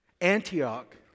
Antioch